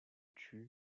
tue